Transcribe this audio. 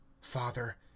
father